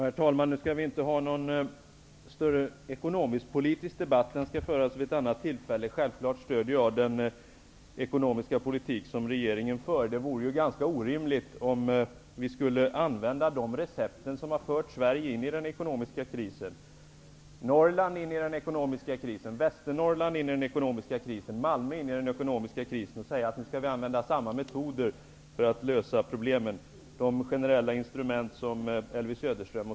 Herr talman! Nu skall vi inte ha någon större ekonomisk-politisk debatt. Den skall föras vid ett annat tillfälle. Självfallet stöder jag den ekonomiska politik som regeringen för. Det vore ganska orimligt om vi skulle använda samma recept som har fört Sverige in i den ekonomiska krisen, Västernorrland in i den ekonomiska krisen, Malmö in i den ekonomiska krisen för att lösa problemen.